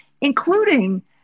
including